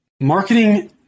Marketing